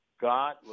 God